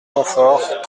montfort